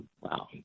Wow